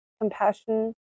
compassion